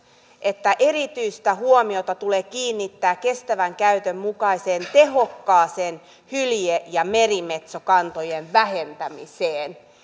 että erityistä huomiota tulee kiinnittää kestävän käytön mukaiseen tehokkaaseen hylje ja merimetsokantojen vähentämiseen